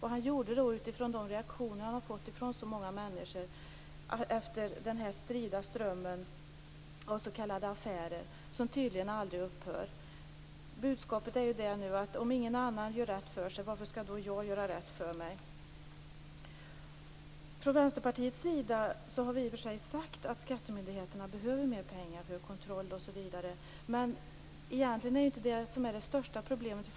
Han gjorde sitt uttalande efter att ha fått reaktioner från många människor efter den strida ström av s.k. affärer som varit och som tydligen aldrig upphör. Budskapet är ju: Om ingen annan gör rätt för sig, varför skall då jag göra rätt för mig? Vi i Vänsterpartiet har i och för sig sagt att skattemyndigheterna behöver mera pengar för kontroll etc. men egentligen är inte detta det största problemet.